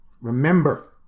Remember